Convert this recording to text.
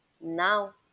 now